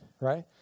right